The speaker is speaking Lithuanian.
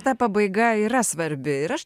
ta pabaiga yra svarbi ir aš